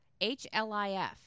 H-L-I-F